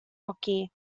hockey